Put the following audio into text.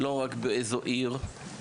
לא רק באיזו עיר,